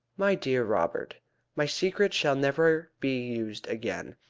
my dear robert my secret shall never be used again.